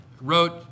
wrote